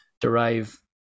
derive